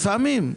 לפעמים.